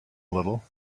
little